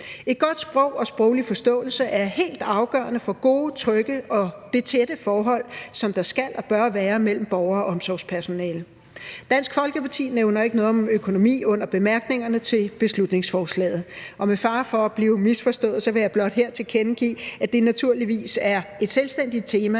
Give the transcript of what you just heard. Et godt sprog og en god sproglig forståelse er helt afgørende for gode og trygge rammer og det tætte forhold, der skal og bør være mellem borgere og omsorgspersonale. Dansk Folkeparti nævner ikke noget om økonomi under bemærkningerne til beslutningsforslaget, og med fare for at blive misforstået vil jeg blot her tilkendegive, at det naturligvis er et selvstændigt tema,